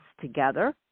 together